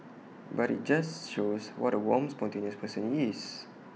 but IT just shows what A warm spontaneous person he is